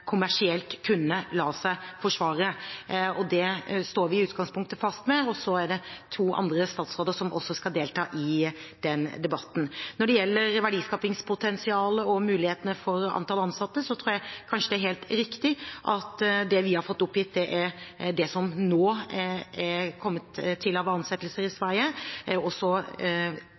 kunne la seg forsvare kommersielt, og det står vi i utgangspunktet fast ved. Så er det to andre statsråder som også skal delta i den debatten. Når det gjelder verdiskapingspotensialet og mulighetene for antall ansatte, tror jeg kanskje det er helt riktig at det vi har fått oppgitt når det gjelder ansettelser i Sverige, er det som til nå er kommet,